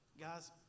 Guys